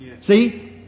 See